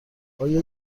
آیا